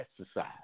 exercise